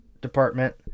Department